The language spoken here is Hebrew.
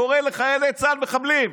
קורא לחיילי צה"ל מחבלים.